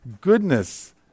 goodness